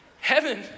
heaven